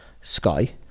Sky